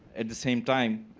at the same time,